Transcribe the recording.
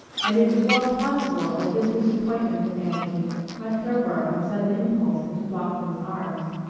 and it was well possible that this disappointment in anthony might throw her on sudden impulse into bloeckman's arms.